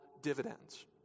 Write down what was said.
dividends